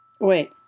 Wait